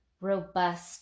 robust